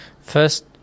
First